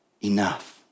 enough